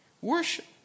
worship